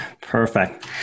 Perfect